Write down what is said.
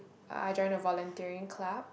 I join a volunteering club